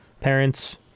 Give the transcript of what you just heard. parents